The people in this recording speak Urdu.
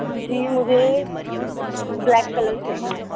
جی مجھے بلیک کلر چاہیے